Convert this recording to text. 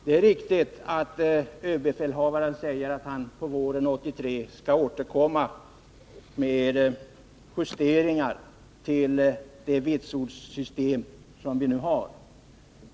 Det är riktigt att överbefälhavaren säger att han på våren 1983 skall återkomma med justeringar av det vitsordssystem som vi nu har.